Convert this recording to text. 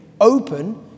open